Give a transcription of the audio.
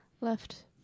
left